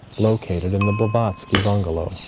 located in the blavatsky bungalow.